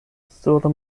sur